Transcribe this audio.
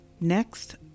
next